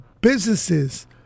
businesses